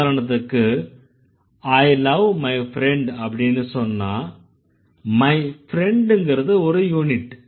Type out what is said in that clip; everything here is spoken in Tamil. உதாரணத்துக்கு I love my friend அப்படின்னு சொன்னா my friend ங்கறது ஒரு யூனிட்